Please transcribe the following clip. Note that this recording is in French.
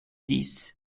dix